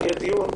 יהיה דיון,